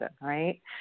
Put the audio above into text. right